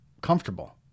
comfortable